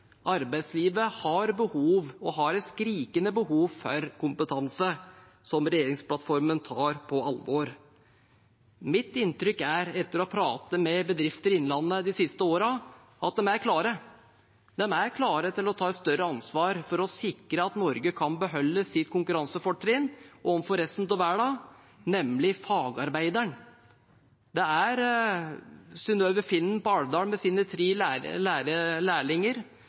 kompetanse, som regjeringsplattformen tar på alvor. Mitt inntrykk etter å ha pratet med bedrifter i Innlandet de siste årene er at de er klare. De er klare til å ta større ansvar for å sikre at Norge kan beholde sitt konkurransefortrinn overfor resten av verden, nemlig fagarbeideren. Det er Synnøve Finden i Alvdal med sine tre